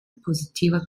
positiver